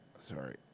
Sorry